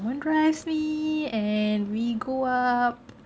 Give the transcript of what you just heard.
drives me and we go up